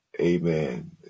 amen